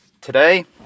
Today